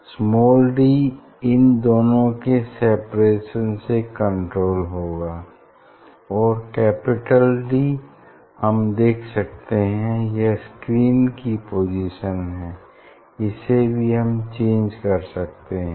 small D इन दोनों के सेपरेशन से कण्ट्रोल होगा और कैपिटल डी हम देख सकते हैं यह स्क्रीन की पोजीशन है इसे भी हम चेंज कर सकते हैं